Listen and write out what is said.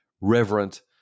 reverent